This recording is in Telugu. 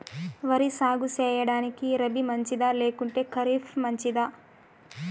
వరి సాగు సేయడానికి రబి మంచిదా లేకుంటే ఖరీఫ్ మంచిదా